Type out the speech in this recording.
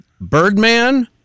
Birdman